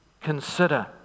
consider